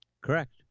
Correct